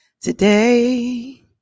today